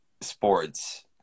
sports